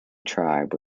tribe